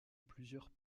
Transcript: plusieurs